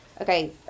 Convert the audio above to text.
Okay